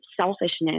selfishness